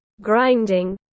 grinding